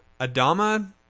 Adama